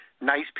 nice